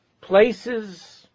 places